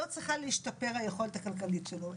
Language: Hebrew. לא צריכה להשתפר היכולת הכלכלית שלו?